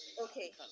Okay